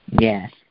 Yes